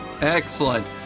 excellent